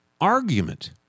argument